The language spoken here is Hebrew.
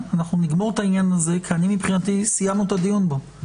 העניין הזה, כי מבחינתי סיימנו את הדיון בו.